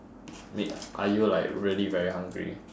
wait are you like really very hungry